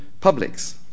publics